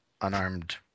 unarmed